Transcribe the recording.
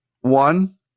One